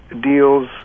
deals